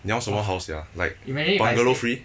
你要什么 house sia like bungalow free